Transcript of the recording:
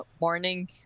morning